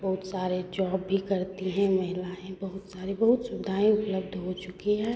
बहुत सारे जॉब भी करती हैं महिलाएँ बहुत सारी बहुत सुविधाएँ उपलब्ध हो चुकी है